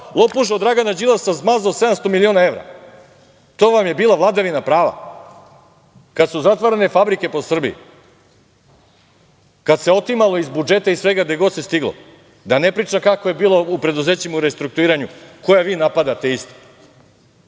lopuža od Dragana Đilasa smazao 700 miliona evra? To vam je bila vladavina prava? Kad su zatvarane fabrike po Srbiji? Kad se otimalo iz budžeta i iz svega, gde god se stiglo? Da ne pričam kako je bilo u preduzećima u restrukturiranju, koje vi napadate isto?